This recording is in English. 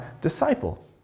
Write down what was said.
disciple